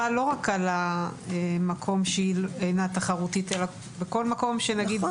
זה לא חל רק על המקום שהיא אינה תחרותית אלא בכול מקום -- נכון.